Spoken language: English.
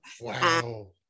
Wow